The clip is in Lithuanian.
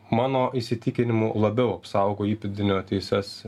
mano įsitikinimu labiau apsaugo įpėdinio teises